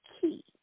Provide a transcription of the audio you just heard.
key